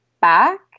back